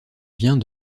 vient